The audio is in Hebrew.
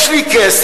יש לי כסף,